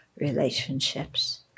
relationships